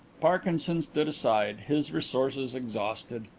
parkinson stood aside, his resources exhausted.